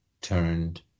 turned